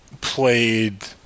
played